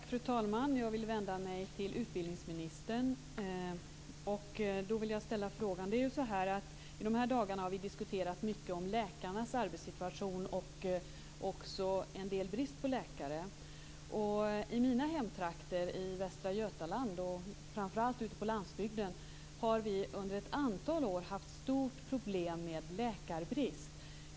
Fru talman! Jag vill vända mig till utbildningsministern och ställa följande fråga. I dessa dagar har vi diskuterat mycket om läkarnas arbetssituation och bristen på läkare. I mina hemtrakter i Västra Götaland, framför allt ute på landsbygden, har vi under ett antal år haft stora problem med läkarbrist.